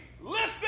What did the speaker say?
Listen